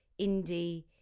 indie